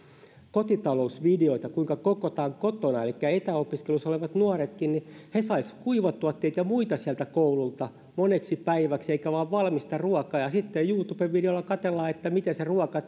kotitalousvideoita siitä kuinka kokataan kotona elikkä etäopiskelussa olevat nuoret saisivat kuivatuotteita ja muita sieltä koululta moneksi päiväksi eikä vain valmista ruokaa ja sitten youtube videolta katsellaan miten se ruoka